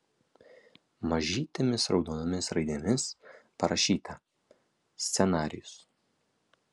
mažytėmis raudonomis raidėmis parašyta scenarijus